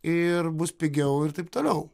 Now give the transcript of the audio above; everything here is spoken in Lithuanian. ir bus pigiau ir taip toliau